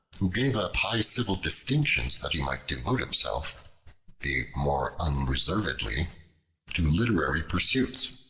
who gave up high civil distinctions that he might devote himself the more unreservedly to literary pursuits.